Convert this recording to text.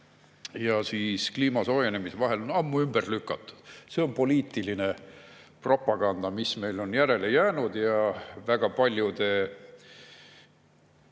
ja kliima soojenemise [seose] kohta on ammu ümber lükatud. See on poliitiline propaganda, mis meil on järele jäänud, ja väga paljude